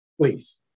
Please